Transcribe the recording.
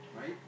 right